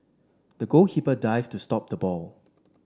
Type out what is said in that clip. the goalkeeper dived to stop the ball